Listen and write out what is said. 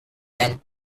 men